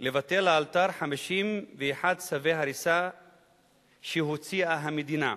לבטל לאלתר 51 צווי הריסה שהוציאה המדינה.